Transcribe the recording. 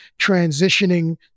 transitioning